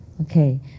Okay